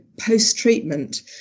post-treatment